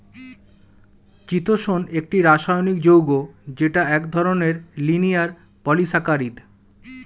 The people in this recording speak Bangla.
চিতোষণ একটি রাসায়নিক যৌগ যেটা এক ধরনের লিনিয়ার পলিসাকারীদ